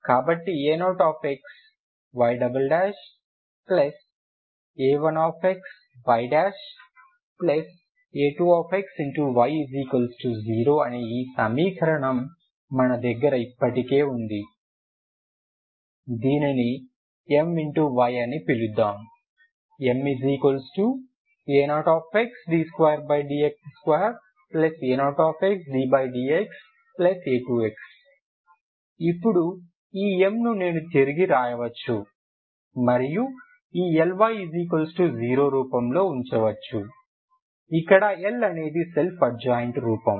కాబట్టి a0xya1xya2xy0 అనే ఈ సమీకరణం మన దగ్గర ఇప్పటికే ఉన్నది దీనిని My అని పిలుద్దాం Ma0xd2dx2a0xddxa2x ఇప్పుడు ఈ M ని నేను తిరిగి వ్రాయవచ్చు మరియు ఈ Ly 0 రూపం లో ఉంచవచ్చు ఇక్కడ L అనేది సెల్ఫ్ అడ్జాయింట్ రూపం